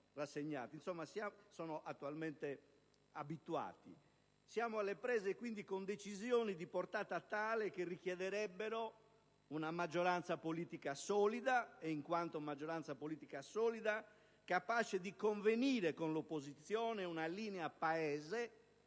quale sono attualmenteabituati. Siamo alle prese con decisioni di una portata tale che richiederebbero una maggioranza politica solida e, in quanto tale, capace di convenire con l'opposizione una "linea Paese"